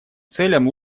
целям